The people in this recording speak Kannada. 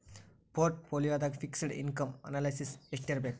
ಪೊರ್ಟ್ ಪೋಲಿಯೊದಾಗ ಫಿಕ್ಸ್ಡ್ ಇನ್ಕಮ್ ಅನಾಲ್ಯಸಿಸ್ ಯೆಸ್ಟಿರ್ಬಕ್?